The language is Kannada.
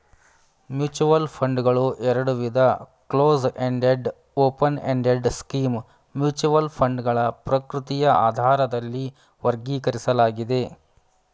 ಮ್ಯೂಚುವಲ್ ಫಂಡ್ಗಳು ಎರಡುವಿಧ ಕ್ಲೋಸ್ಎಂಡೆಡ್ ಓಪನ್ಎಂಡೆಡ್ ಸ್ಕೀಮ್ ಮ್ಯೂಚುವಲ್ ಫಂಡ್ಗಳ ಪ್ರಕೃತಿಯ ಆಧಾರದಲ್ಲಿ ವರ್ಗೀಕರಿಸಲಾಗಿದೆ